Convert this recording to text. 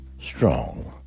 strong